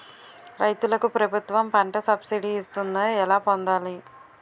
రైతులకు ప్రభుత్వం పంట సబ్సిడీ ఇస్తుందా? ఎలా పొందాలి?